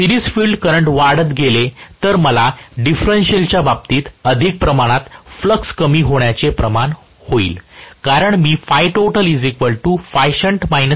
जर series field current वाढत गेले तर मला डिफरेन्शिअलच्या बाबतीत अधिक प्रमाणात फ्लक्स कमी होण्याचे प्रमाण होईल कारण मी कडे पहात आहे